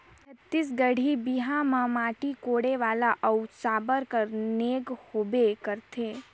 छत्तीसगढ़ी बिहा मे माटी कोड़े वाला अउ साबर कर नेग होबे करथे